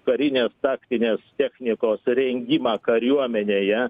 karinės taktinės technikos rengimą kariuomenėje